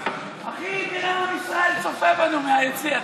אחי, תראה, עם ישראל צופה בנו מהיציע.